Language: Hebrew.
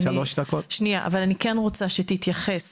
אבל אני כן רוצה שתתייחס,